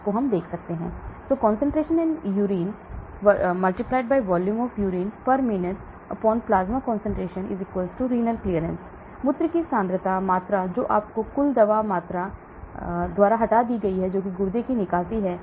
Conc in urine x vol of urine per minplasma conc renal clearance मूत्र की सांद्रता मात्रा जो आपको कुल दवा मात्रा जो मूत्र प्लाज्मा सांद्रता द्वारा हटा दी जाती है जो कि गुर्दे की निकासी है